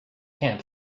camp